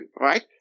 right